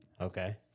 Okay